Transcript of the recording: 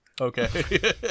Okay